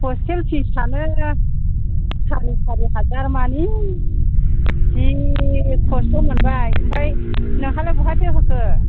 hostel पिजानो चाराय सारि हाजार मानि जि खस्थ' मोनबाय ओमफ्राय नोंहालाय बहाथो होखो